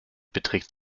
beträgt